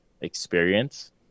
experience